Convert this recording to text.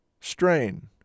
strain